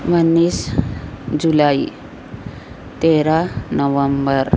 انیس جولائی تیرہ نومبر